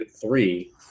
three